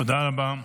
תודה רבה.